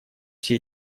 все